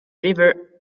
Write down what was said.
river